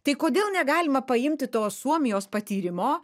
tai kodėl negalima paimti to suomijos patyrimo